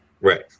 Right